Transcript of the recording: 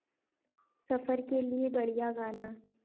सफ़र के लिए बढ़िया गाना